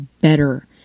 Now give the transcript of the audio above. better